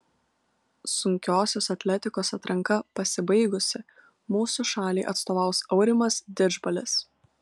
sunkiosios atletikos atranka pasibaigusi mūsų šaliai atstovaus aurimas didžbalis